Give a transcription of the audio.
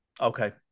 Okay